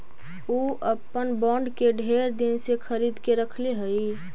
ऊ अपन बॉन्ड के ढेर दिन से खरीद के रखले हई